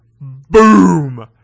boom